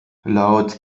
laut